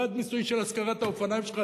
בעד מיסוי של השכרת האופניים שלך,